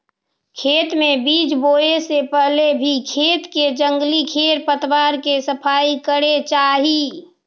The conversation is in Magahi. खेत में बीज बोए से पहले भी खेत के जंगली खेर पतवार के सफाई करे चाही